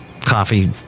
coffee